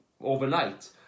overnight